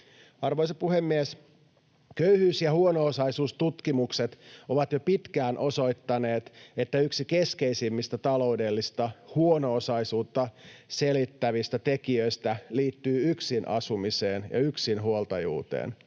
Arvoisa puhemies! Köyhyys- ja huono-osaisuustutkimukset ovat jo pitkään osoittaneet, että yksi keskeisimmistä taloudellista huono-osaisuutta selittävistä tekijöistä liittyy yksinasumiseen ja yksinhuoltajuuteen.